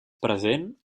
present